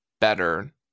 better